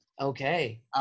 Okay